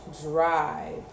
drive